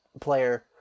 player